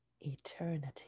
eternity